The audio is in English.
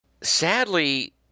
Sadly